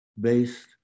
based